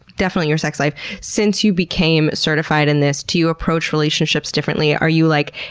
definitely your sex life, since you became certified in this? do you approach relationships differently? are you, like,